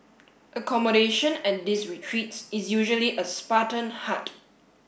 accommodation at these retreats is usually a Spartan hut